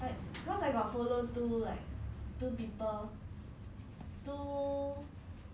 eh I think different ya